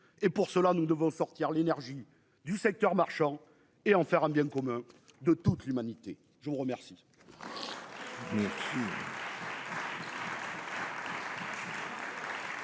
et pour cela nous devons sortir l'énergie du secteur marchand et en faire un bien commun de toute l'humanité, je vous remercie.